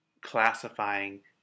classifying